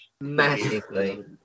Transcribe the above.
Massively